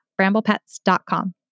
bramblepets.com